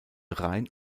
rein